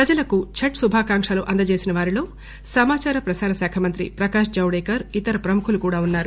ప్రజలకు ఛట్ శుభాకాంక్షలు అందజేసిన వారిలో సమాచార ప్రసారశాఖ మంత్రి ప్రకాష్ జవడేకర్ ఇతర ప్రముఖులు కూడా ఉన్నారు